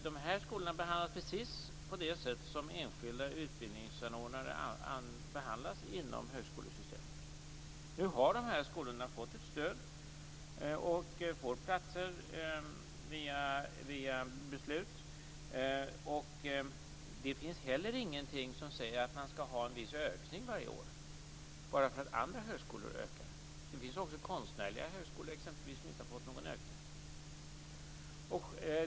De här skolorna behandlas precis på det sätt som enskilda utbildningsanordnare behandlas inom högskolesystemet. Nu har de här skolorna fått ett stöd och får platser via beslut. Det finns heller ingenting som säger att man skall ha en viss ökning varje år, bara för att andra högskolor ökar. Det finns också konstnärliga högskolor exempelvis som inte har fått någon ökning.